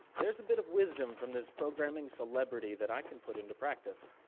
there's a bit of wisdom from this programming celebrity that i can put into practice.